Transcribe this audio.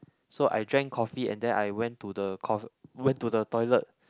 so I drank coffee and then I went to the went to the toilet